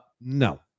No